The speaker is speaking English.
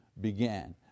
Began